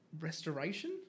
restoration